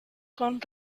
con